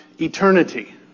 eternity